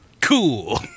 Cool